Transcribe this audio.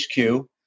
HQ